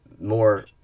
more